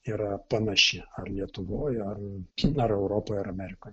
yra panaši ar lietuvoj ar ar europoj ar amerikoj